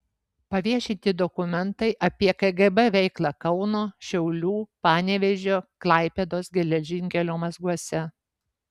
paviešinti dokumentai apie kgb veiklą kauno šiaulių panevėžio klaipėdos geležinkelio mazguose